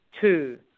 Two